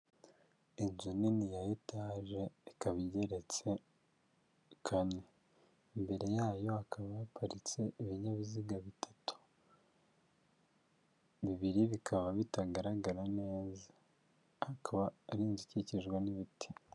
Inzu nini ya etaje ikaba igeretse kane imbere yayo hakaba haparitse ibinyabiziga bitatu bibiri bikaba bitagaragara neza akaba ari inzu ikikijwe n'ibiti.